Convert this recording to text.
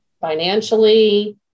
financially